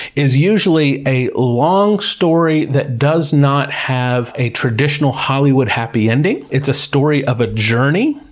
is usually a long story that does not have a traditional hollywood happy ending. it's a story of a journey.